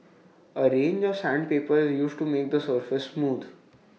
A range of sandpaper is used to make the surface smooth